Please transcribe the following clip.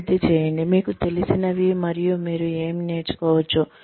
అభివృద్ధి చేయండి మీకు తెలిసినవి మరియు మీరు ఏమి నేర్చుకోవచ్చు